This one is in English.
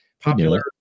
popular